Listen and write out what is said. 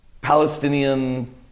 Palestinian